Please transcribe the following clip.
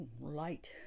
light